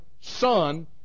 Son